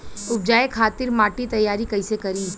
उपजाये खातिर माटी तैयारी कइसे करी?